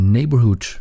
Neighborhood